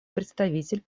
представитель